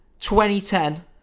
2010